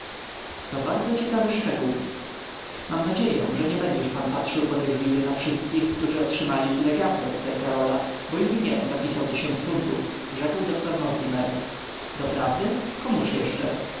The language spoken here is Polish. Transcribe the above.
to bardzo ciekawy szczegół mam nadzieję że nie będziesz pan patrzył podejrzliwie na wszystkich którzy otrzymali legaty od sir karola bo i mnie zapisał tysiąc funtów rzekł doktor mortimer doprawdy komuż jeszcze